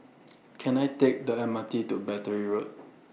Can I Take The M R T to Battery Road